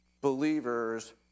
believers